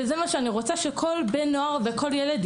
וזה מה שאני רוצה שכל ילד והנוער יחווה.